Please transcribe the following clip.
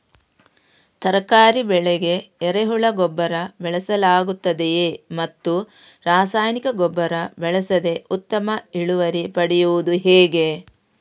ತರಕಾರಿ ಬೆಳೆಗೆ ಎರೆಹುಳ ಗೊಬ್ಬರ ಬಳಸಲಾಗುತ್ತದೆಯೇ ಮತ್ತು ರಾಸಾಯನಿಕ ಗೊಬ್ಬರ ಬಳಸದೆ ಉತ್ತಮ ಇಳುವರಿ ಪಡೆಯುವುದು ಹೇಗೆ?